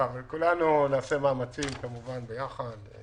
כולנו נעשה מאמצים ביחד כי